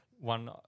one